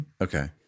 Okay